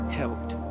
helped